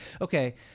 okay